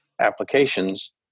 applications